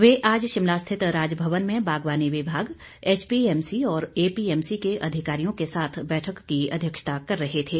वे आज शिमला स्थित राजभवन में बागवानी विभाग एचपीएमसी और एपीएमसी के अधिकारियों के साथ बैठक की अध्यक्षता कर रहे थे